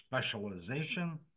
specialization